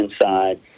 inside